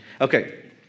Okay